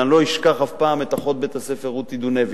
אני לא אשכח אף פעם את אחות בית-הספר רותי דונביץ'.